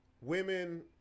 women